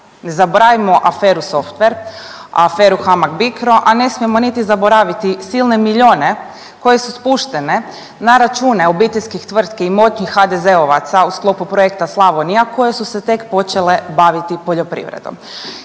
Ne zaboravimo aferu Softver, aferu HAMAG BICRO, a ne smijemo niti zaboraviti silne milijune koje su spuštene na račune obiteljskih tvrtki i moćnih HDZ-ovaca u sklopu projekta Slavonija koje su se tek počele baviti poljoprivredom.